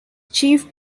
chief